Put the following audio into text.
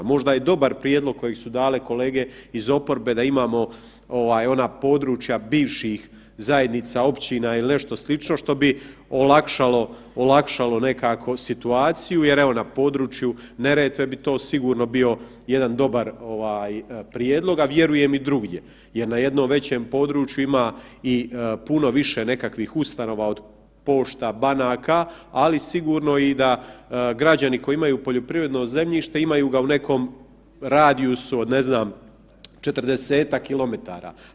Možda je dobar prijedlog kojeg su dale kolege iz oporbe da imamo ona područja bivših zajednica općina ili nešto slično što bi olakšalo nekako situaciju jer evo na području Neretve bi to sigurno bio jedan dobar prijedlog, a vjerujem i drugdje jer na jednom većem području ima i puno više nekakvih ustanova od pošta, banaka, ali sigurno da i građani koji imaju poljoprivredno zemljište imaju ga u nekom radijusu od ne znam 40-ak kilometara.